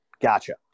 Gotcha